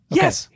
yes